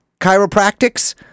chiropractics